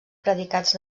predicats